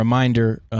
Reminder